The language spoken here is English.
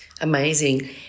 Amazing